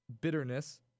bitterness